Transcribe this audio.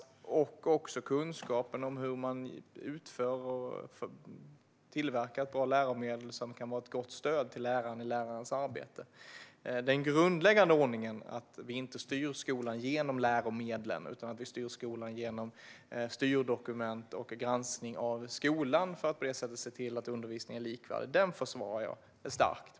Det gäller också kunskap om hur man tillverkar ett bra läromedel som kan vara ett gott stöd i lärarnas arbete. Den grundläggande ordningen att vi inte styr skolan genom läromedlen utan att vi styr skolan genom styrdokument och granskning av skolan för att på det sättet se till att undervisningen är likvärdig försvarar jag starkt.